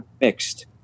mixed